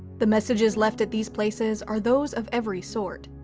the messages left at these places are those of every sort,